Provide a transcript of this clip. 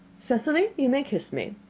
cecily, you may kiss me!